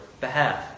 behalf